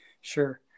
Sure